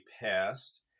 passed